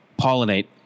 pollinate